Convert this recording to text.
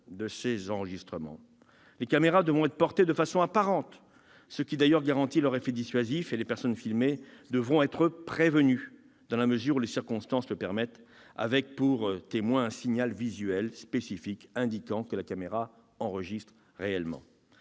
de ces enregistrements. Les caméras devront être portées de façon apparente, ce qui garantit d'ailleurs leur effet dissuasif, et les personnes filmées devront être prévenues, dans la mesure où les circonstances le permettent, avec pour témoin un signal visuel spécifique indiquant que la caméra enregistre.